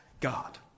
God